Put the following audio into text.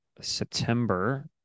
September